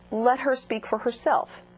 let her speak for herself.